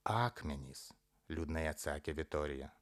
akmenys liūdnai atsakė vitorija